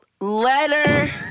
Letter